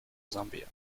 zambia